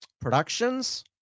productions